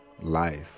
life